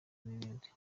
n’ibindi